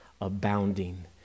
abounding